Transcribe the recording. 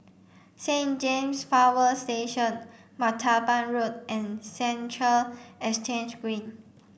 Saint James Power Station Martaban Road and Central Exchange Green